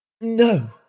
No